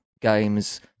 games